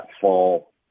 fall